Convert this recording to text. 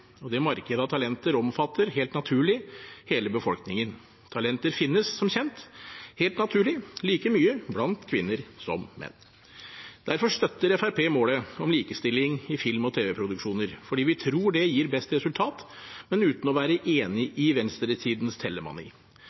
talenter. Det markedet av talenter omfatter – helt naturlig – hele befolkningen. Talenter finnes, som kjent, helt naturlig like mye blant kvinner som blant menn. Derfor støtter Fremskrittspartiet målet om likestilling i film- og tv-produksjoner, fordi vi tror det gir best resultat, men uten å være enig i